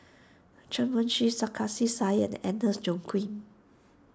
Chen Wen Hsi Sarkasi Said and Agnes Joaquim